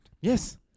Yes